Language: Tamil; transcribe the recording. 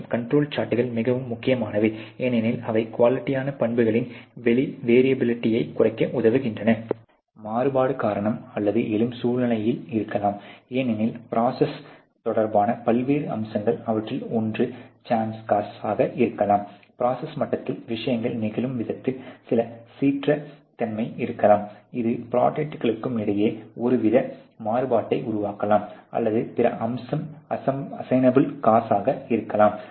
மற்றும் கண்ட்ரோல் சார்ட்கள் மிகவும் முக்கியமானவை ஏனெனில் அவை குவாலிட்டியான பண்புகளின் வெரியபிளிட்டியைக் குறைக்க உதவுகின்றன மாறுபாடு காரணம் அல்லது எழும் சூழ்நிலை இருக்கலாம் ஏனெனில் ப்ரோசஸ் தொடர்பான பல்வேறு அம்சங்கள் அவற்றில் ஒன்று சான்ஸ்க் காஸ் ஆக இருக்கலாம் ப்ரோசஸ் மட்டத்தில் விஷயங்கள் நிகழும் விதத்தில் சில சீரற்ற தன்மை இருக்கலாம் இது ப்ரோடக்ட்களுக்கு இடையே ஒருவித மாறுபாட்டை உருவாக்கலாம் அல்லது பிற அம்சம் அசையின் அப்பள் காஸ் ஆக இருக்கலாம்